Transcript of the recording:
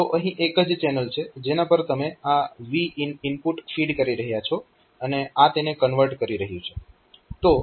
તો અહીં એક જ ચેનલ છે જેના પર તમે આ Vin ઇનપુટ ફીડ કરી રહ્યા છો અને આ તેને કન્વર્ટ કરી રહ્યું છે